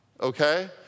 Okay